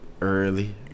early